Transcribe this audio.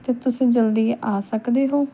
ਅਤੇ ਤੁਸੀਂ ਜਲਦੀ ਆ ਸਕਦੇ ਹੋ